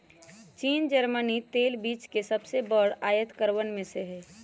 चीन जर्मनी तेल बीज के सबसे बड़ा आयतकरवन में से हई